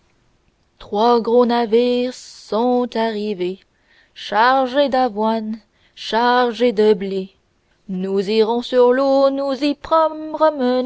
trois gros navires sont arrivés chargés d'avoine chargés de blé nous irons sur l'eau